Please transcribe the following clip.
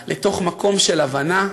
לתוך מקום של הבנה,